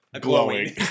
glowing